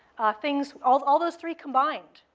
things all all those three combined,